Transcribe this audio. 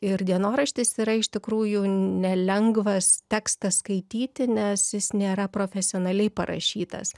ir dienoraštis yra iš tikrųjų nelengvas tekstas skaityti nes jis nėra profesionaliai parašytas